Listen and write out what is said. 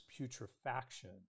putrefaction